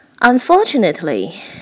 Unfortunately